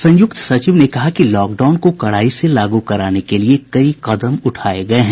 संयुक्त सचिव ने कहा कि लॉकडाउन को कड़ाई से लागू कराने के लिए कई कदम उठाये गये हैं